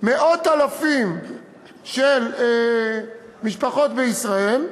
מאות אלפים של משפחות בישראל,